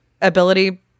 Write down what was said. ability